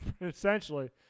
essentially